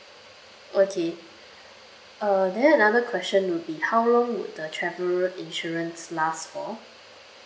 okay uh then another question will be how long would the travel insurance last for